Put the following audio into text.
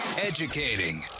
Educating